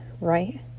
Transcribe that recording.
right